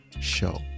show